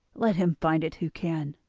let him find it who can.